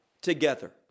together